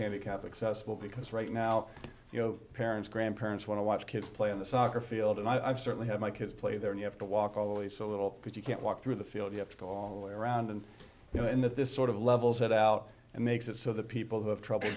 handicapped accessible because right now you know parents grandparents want to watch kids play on the soccer field and i've certainly had my kids play there and you have to walk away so little because you can't walk through the field you have to go all the way around and you know and that this sort of level set out and makes it so that people who have trouble